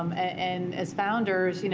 um and as founders, you know